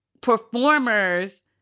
performers